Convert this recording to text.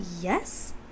yes